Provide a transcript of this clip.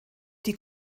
die